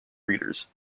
readers